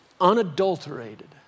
unadulterated